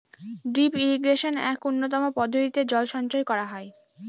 drip ইরিগেশনে এক উন্নতম পদ্ধতিতে জল সঞ্চয় করা হয়